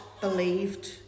believed